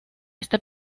este